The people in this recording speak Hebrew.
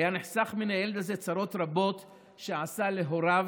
היו נחסכות מן הילד הזה צרות רבות שעשה להוריו